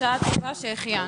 הישיבה נעולה.